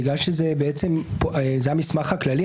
בגלל שזה המסמך הכללי,